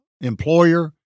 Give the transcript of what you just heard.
employer